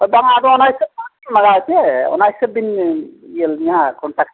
ᱦᱳᱭ ᱵᱟᱝᱟ ᱟᱫᱚ ᱚᱱᱟ ᱦᱤᱥᱟᱹᱵ ᱞᱟᱜᱟᱣ ᱟᱪᱮ ᱚᱱᱟ ᱦᱤᱥᱟᱹᱵ ᱵᱤᱱ ᱤᱭᱟᱹ ᱠᱚᱱᱴᱟᱠ